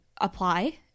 apply